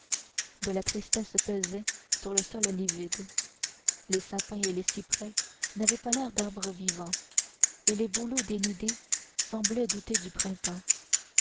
de la tristesse pesait sur le sol livide les sapins et les cyprès n'avaient pas l'air d'arbres vivants et les bouleaux dénudés semblaient douter du printemps